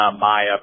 Maya